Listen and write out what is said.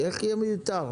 זה יהיה שיא הביקוש.